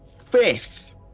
Fifth